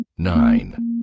nine